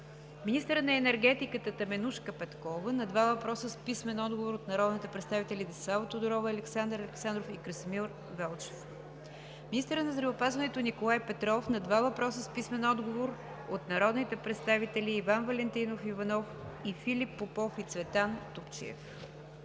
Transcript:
министърът на енергетиката Теменужка Петкова – на два въпроса с писмен отговор от народните представители Десислава Тодорова, Александър Александров и Красимир Велчев; - министърът на здравеопазването Николай Петров – на два въпроса с писмен отговор от народните представители Иван Валентинов Иванов, Филип Попов и Цветан Топчиев;